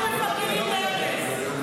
אנחנו מפרגנים לארז.